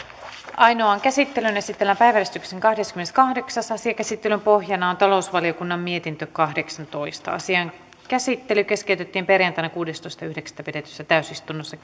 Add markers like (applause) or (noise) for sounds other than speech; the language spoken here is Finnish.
ainoaan käsittelyyn esitellään päiväjärjestyksen kahdeskymmeneskahdeksas asia käsittelyn pohjana on talousvaliokunnan mietintö kahdeksantoista asian käsittely keskeytettiin perjantaina kuudestoista yhdeksättä kaksituhattakuusitoista pidetyssä täysistunnossa (unintelligible)